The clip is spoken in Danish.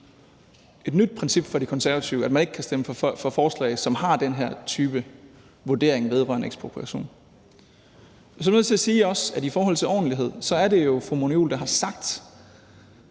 et nyt princip for De Konservative, at man ikke kan stemme for forslag, som har den her type vurdering vedrørende ekspropriation. Så er jeg også nødt til at sige i forhold til ordentlighed, at det jo er fru Mona Juul, der har haft